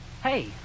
Hey